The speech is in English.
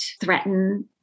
threaten